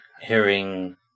hearing